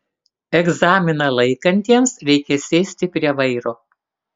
egzaminą laikantiems reikia sėsti prie vairo